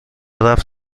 رفت